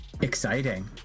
exciting